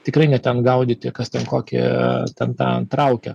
tikrai ne ten gaudyti kas ten kokį ten ten traukia